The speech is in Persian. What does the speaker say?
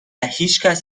هیچکس